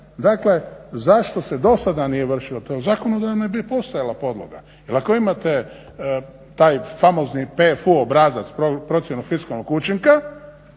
potpore zašto se dosada nije vršilo to jer zakonodavno je postojala podloga. Jer ako vi imate taj famozni PFU obrazac (Procjena fiskalnog učinka)